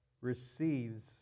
receives